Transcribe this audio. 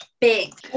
big